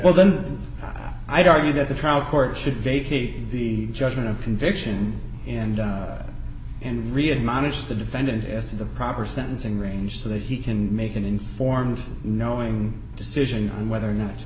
well then i'd argue that the trial court should vacate the judgment of conviction and in riyadh mohnish the defendant as to the proper sentencing range so that he can make an informed knowing decision on whether or not to